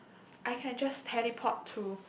I can just teleport to